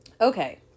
Okay